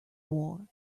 war